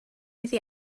iddi